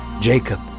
Jacob